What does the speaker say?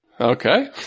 Okay